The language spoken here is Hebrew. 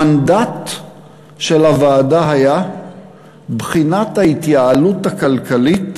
המנדט של הוועדה היה לבחון את ההתייעלות הכלכלית